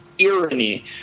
irony